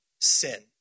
sin